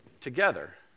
together